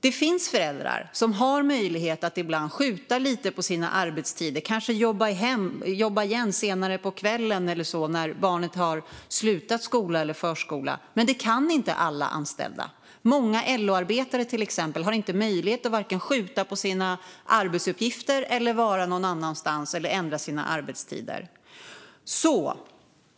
Det finns föräldrar som har möjlighet att ibland skjuta lite på sina arbetstider eller kanske jobba igen senare på kvällen när barnet har slutat skola eller förskola. Men det kan inte alla anställda. Många LO-arbetare, till exempel, har inte möjlighet att vare sig skjuta på sina arbetsuppgifter, vara någon annanstans eller ändra sina arbetstider.